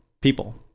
people